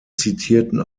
zitierten